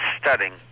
studying